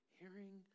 hearing